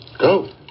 Go